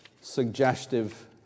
suggestive